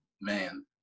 man